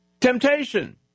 Temptation